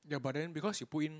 ya but then because you put in